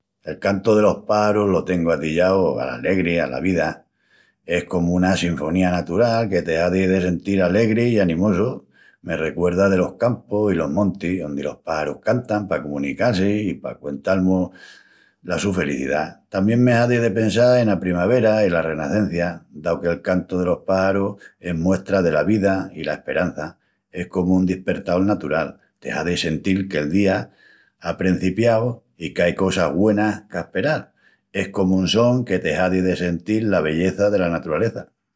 El cantu delos páxarus lo tengu atillau al alegri i ala vida, es comu una sinfonía natural que te hazi de sentil alegri i animosu. Me recuerda delos campus i los montis, ondi los páxarus cantan pa comunical-si i pa cuental-mus la su felicidá. Tamién me hazi de pensal ena primavera i la renacencia, dau que'l cantu delos páxarus es muestra dela vida i la esperança, es comu un dispertaol natural, te hazi sentil que'l día á prencipiau i qu'ai cosas gúenas qu'asperal. Es comu un son que te hazi de sentil la belleza dela naturaleza!